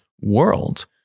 world